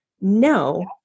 no